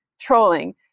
trolling